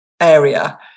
area